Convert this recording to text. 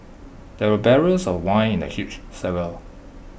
there were barrels of wine in the huge cellar